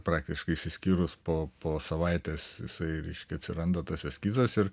praktiškai išsiskyrus po po savaitės jisai reiškia atsiranda tas eskizas ir